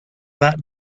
that